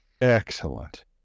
Excellent